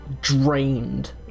drained